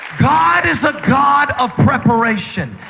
god is a god of preparation.